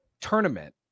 tournament